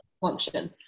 function